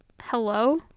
Hello